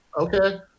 Okay